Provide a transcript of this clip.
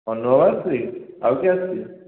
ଅନୁଭବ ଆସୁଛି ଆଉ କିଏ ଆସୁଛି